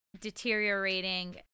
deteriorating